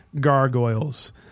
Gargoyles